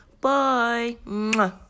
Bye